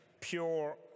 pure